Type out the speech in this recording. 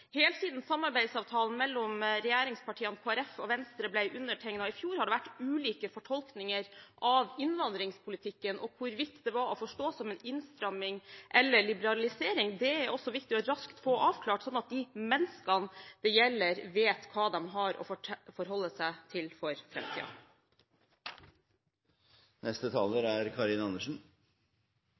Helt siden samarbeidsavtalen mellom regjeringspartiene, Kristelig Folkeparti og Venstre ble undertegnet i fjor, har det vært ulike fortolkninger av innvandringspolitikken. Hvorvidt dette er å forstå som en innstramming eller en liberalisering, er også viktig raskt å få avklart, slik at de menneskene det gjelder, vet hva de har å forholde seg til i framtiden. Jeg vil takke både Venstre og Kristelig Folkeparti for